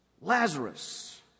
Lazarus